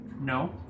No